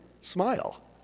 Smile